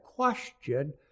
question